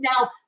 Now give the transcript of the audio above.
Now